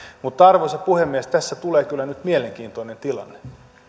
mutta arvoisa puhemies tässä tulee kyllä nyt mielenkiintoinen tilanne